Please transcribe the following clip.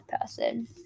person